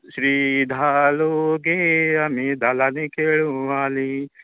तीं श्री धालो गे आमी धालांनी खेळूंक आलीं